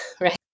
right